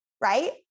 Right